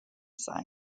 site